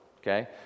okay